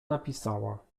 napisała